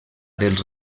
dels